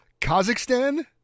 Kazakhstan